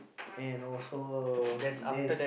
and also there's